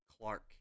Clark